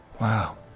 Wow